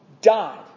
Died